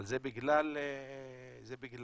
אבל זה בגלל הנשק